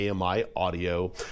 AMI-audio